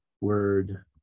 word